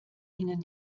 ihnen